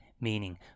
meaning